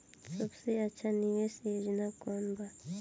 सबसे अच्छा निवेस योजना कोवन बा?